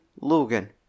Logan